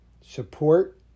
Support